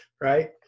right